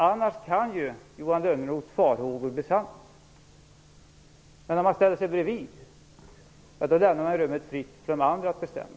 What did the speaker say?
Annars kan Johan Lönnroths farhågor besannas. Men om man ställer sig bredvid lämnar man rummet fritt för de andra att bestämma.